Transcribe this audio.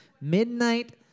Midnight